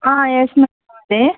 yes ma'am ఇదే